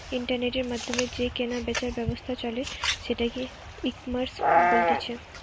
ইন্টারনেটের মাধ্যমে যে কেনা বেচার ব্যবসা চলে সেটাকে ইকমার্স বলতিছে